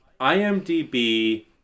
IMDb